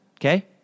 okay